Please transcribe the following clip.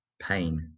pain